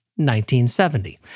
1970